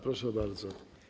Proszę bardzo.